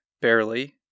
barely